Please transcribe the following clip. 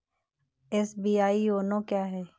SBI YONO क्या है?